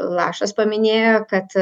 lašas paminėjo kad